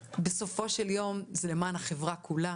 בסופו של יום, זה למען החברה כולה.